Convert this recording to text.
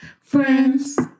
Friends